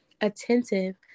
attentive